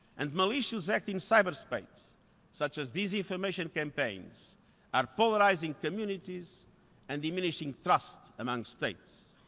and malicious acts in cyberspace such as disinformation campaigns are polarizing communities and diminishing trust among states.